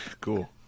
cool